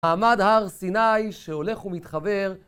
מעמד הר סיני שהולך ומתחבר